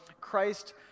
Christ